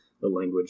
language